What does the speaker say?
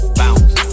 bounce